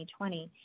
2020